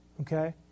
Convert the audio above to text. okay